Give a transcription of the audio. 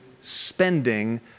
spending